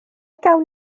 gawn